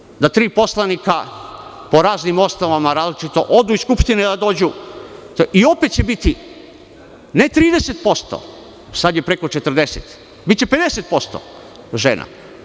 Odlučili smo da tri poslanika, po raznim osnovama, različito, odu iz Skupštine, a i opet će biti, ne 30%, sada je preko 40%, biće 50% žena.